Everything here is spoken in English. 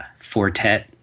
Fortet